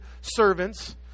servants